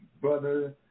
brother